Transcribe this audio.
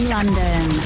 London